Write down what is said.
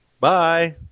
Bye